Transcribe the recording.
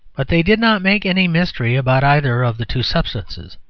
but they did not make any mystery about either of the two substances.